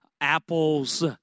apples